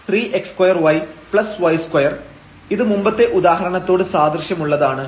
xy 4 3x2yy2 ഇത് മുമ്പത്തെ ഉദാഹരണത്തോട് സാദൃശ്യമുള്ളതാണ്